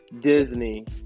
Disney